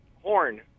horn